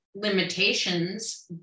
Limitations